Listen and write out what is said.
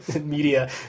media